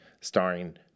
starring